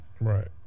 Right